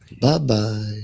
Bye-bye